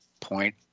Point